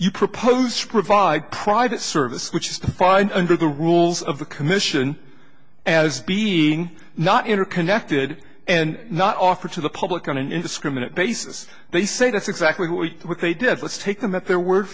you propose to provide private service which is fine under the rules of the commission as being not interconnected and not offered to the public on an indiscriminate basis they say that's exactly what they did let's take them at their word